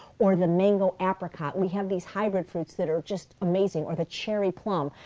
or the mango apricot. we have these hybrid fruits that are just amazing, or the cherry plum.